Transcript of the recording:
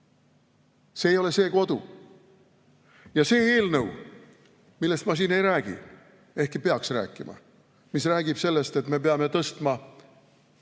See ei ole see kodu. Ja see eelnõu, millest ma siin ei räägi, ehkki peaksin rääkima, räägib sellest, et me peame tõstma